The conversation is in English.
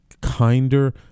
kinder